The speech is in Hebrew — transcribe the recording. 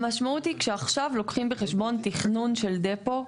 המשמעות היא כשעכשיו לוקחים בחשבון תכנון של דפו,